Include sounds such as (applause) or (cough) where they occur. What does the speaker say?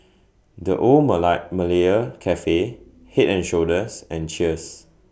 The Old (unintelligible) Malaya Cafe Head and Shoulders and Cheers